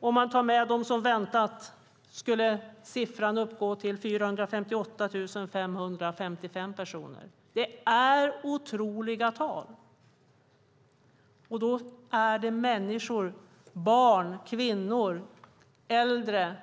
Om man tar med dem som väntat skulle siffran uppgå till 458 555 personer. Det är otroliga tal! Det är människor, barn, kvinnor och äldre.